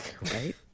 right